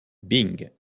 bing